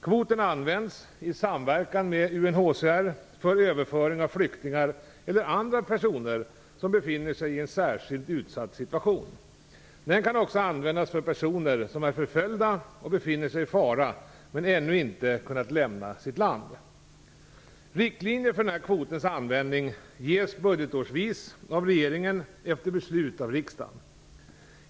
Kvoten används, i samverkan med UNHCR, för överföring av flyktingar eller andra personer som befinner sig i en särskilt utsatt situation. Den kan också användas för personer som är förföljda och befinner sig i fara men ännu inte kunnat lämna sitt land. Riktlinjer för kvotens användning ges budgetårsvis av regeringen efter beslut av riksdagen.